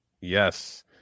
Yes